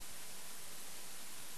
חבר הכנסת אלכס מילר,